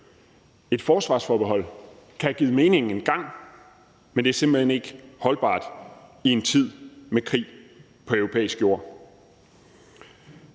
Et forsvarsforbehold kan have givet mening engang, men det er simpelt hen ikke holdbart i en tid med krig på europæisk jord.